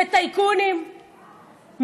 בטייקונים,